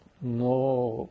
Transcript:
no